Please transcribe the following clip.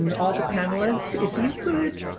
all the panelists if you could